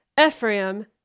Ephraim